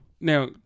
Now